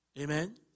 Amen